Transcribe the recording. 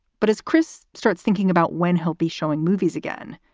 but as chris starts thinking about when he'll be showing movies again,